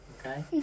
Okay